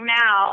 now